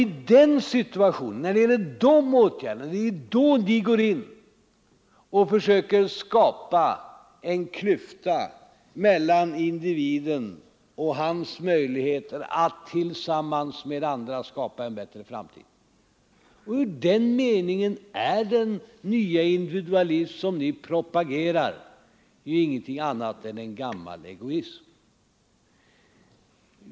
I den situationen försöker ni skapa en klyfta mellan individen och hans möjligheter att tillsammans med andra forma en bättre framtid. I den meningen är den nya individualism som ni propagerar för ingenting annat än en gammal egoism.